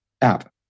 app